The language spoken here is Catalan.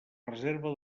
reserva